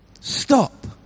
Stop